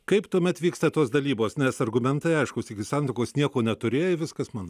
kaip tuomet vyksta tos dalybos nes argumentai aiškūs iki santuokos nieko neturėjai viskas mano